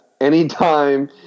Anytime